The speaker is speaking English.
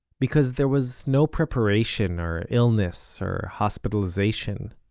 because there was no preparation, or illness, or hospitalization.